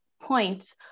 points